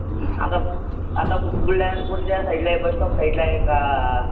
हा आता आता बुलढाण्यात कोणत्या साईडला आहे बस स्टॉप साइडला आहे का